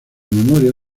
memoria